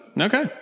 okay